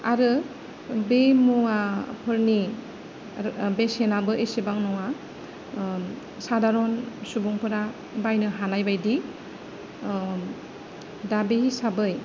आरो बे मुवाफोरनि आरो बेसेनाबो एसेबां नङा सादारन सुबुंफोरा बायनो हानायबायदि दा बे हिसाबै